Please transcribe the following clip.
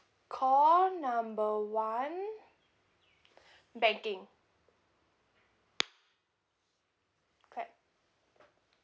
call number one banking clap